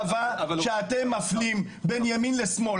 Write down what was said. קבע שאתם מפלים בין ימין לשמאל,